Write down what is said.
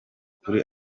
kuri